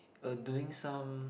uh doing some